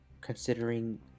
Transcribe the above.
considering